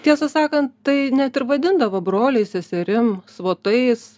tiesą sakant tai net ir vadindavo broliais seserim svotais